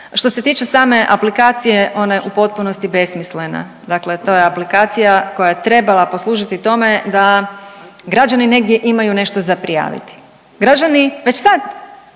što se tiče same aplikacije ona je u potpunosti besmislena, dakle to je aplikacija koja je trebala poslužiti tome da građani negdje imaju nešto za prijaviti. Građani već sad